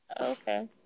Okay